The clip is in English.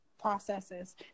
processes